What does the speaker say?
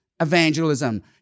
evangelism